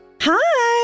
Hi